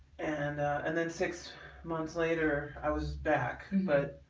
and and then six months later i was back but